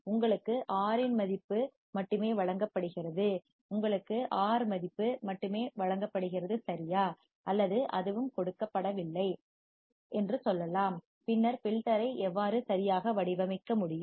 உங்களுக்கு R இன் மதிப்பு மட்டுமே வழங்கப்படுகிறது உங்களுக்கு R மதிப்பு மட்டுமே வழங்கப்படுகிறது சரியா அல்லது அதுவும் கொடுக்கப்படவில்லை அதுவும் கொடுக்கப்படவில்லை என்று சொல்லலாம் பின்னர் ஃபில்டர்யை எவ்வாறு சரியாக வடிவமைக்க முடியும்